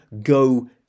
go